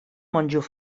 monjo